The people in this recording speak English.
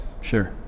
Sure